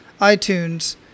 iTunes